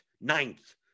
ninth